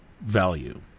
value